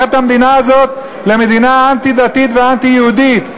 את המדינה הזאת למדינה אנטי-דתית ואנטי-יהודית.